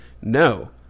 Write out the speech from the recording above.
No